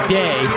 day